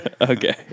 okay